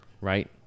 right